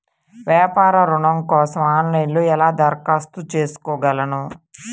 వ్యాపార ఋణం కోసం ఆన్లైన్లో ఎలా దరఖాస్తు చేసుకోగలను?